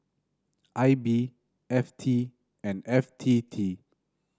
I B F T and F T T